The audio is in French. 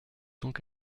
donc